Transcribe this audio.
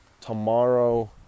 tomorrow